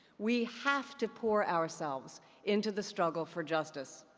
we have to pour ourselves into the struggle for justice.